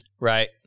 right